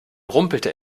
rumpelte